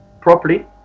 properly